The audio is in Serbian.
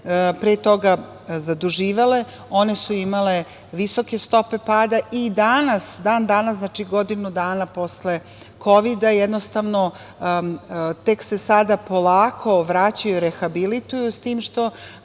pre toga zaduživale one su imale visoke stope pada i dan danas, znači godinu dana posle Kovida, jednostavno tek se sada polako vraćaju, rehabilituju, s tim što